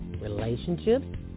relationships